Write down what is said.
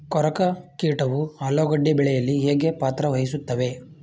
ಕೊರಕ ಕೀಟವು ಆಲೂಗೆಡ್ಡೆ ಬೆಳೆಯಲ್ಲಿ ಹೇಗೆ ಪಾತ್ರ ವಹಿಸುತ್ತವೆ?